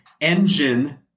engine